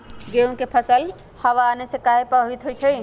गेंहू के फसल हव आने से काहे पभवित होई छई?